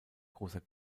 großer